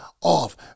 off